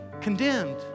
condemned